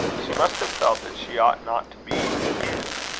she must have felt that she ought not to be in his,